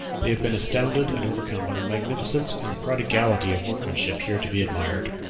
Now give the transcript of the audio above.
they have been astounded and overcome by the magnificence and the prodigality of workmanship here to be admired.